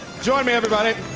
join me everybody.